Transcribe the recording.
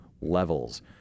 levels